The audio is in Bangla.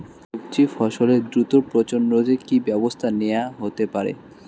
সবজি ফসলের দ্রুত পচন রোধে কি ব্যবস্থা নেয়া হতে পারে?